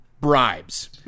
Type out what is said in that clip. bribes